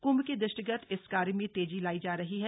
कृंभ के दृष्टिगत इस कार्य में तेजी लाई जा रही है